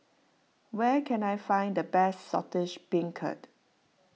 where can I find the best Saltish Beancurd